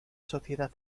sociedad